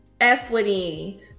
equity